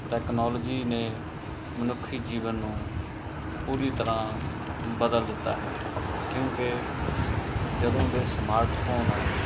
technology ਨੇ ਮਨੁੱਖੀ ਜੀਵਨ ਨੂੰ ਪੂਰੀ ਤਰ੍ਹਾਂ ਬਦਲ ਦਿੱਤਾ ਹੈ ਕਿਉਂਕਿ ਜਦੋਂ ਦੇ ਸਮਾਰਟ ਫ਼ੋਨ